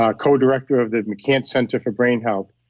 ah co-director of the mccance center for brain health,